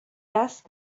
asked